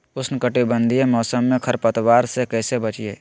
उष्णकटिबंधीय मौसम में खरपतवार से कैसे बचिये?